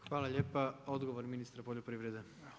Hvala lijepa, odgovor ministra poljoprivrede.